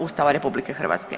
Ustava RH.